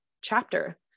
chapter